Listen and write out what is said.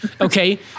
Okay